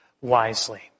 wisely